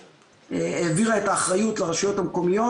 העבירה את האחריות לרשויות המקומיות.